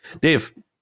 Dave